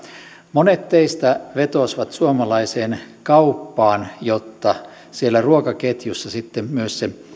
monet teistä vetosivat suomalaiseen kauppaan jotta siellä ruokaketjussa myös